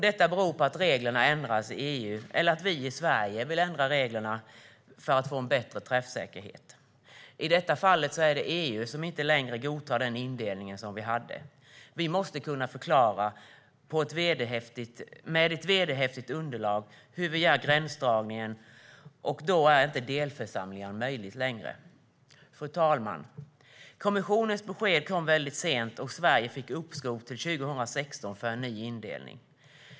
Det beror på att reglerna ändras i EU eller på att vi i Sverige vill ändra reglerna för att få bättre träffsäkerhet. I detta fall är det EU som inte längre godtar den indelning som vi har haft. Vi måste med ett vederhäftigt underlag kunna förklara hur vi gör gränsdragningen, och då är delförsamlingar inte längre möjliga. Fru talman! Kommissionens besked kom väldigt sent, och Sverige fick uppskov till 2016 för att göra en ny indelning.